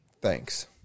Thanks